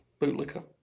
Bootlicker